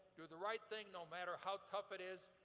do the right thing no matter how tough it is.